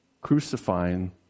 crucifying